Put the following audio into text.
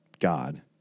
God